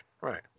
right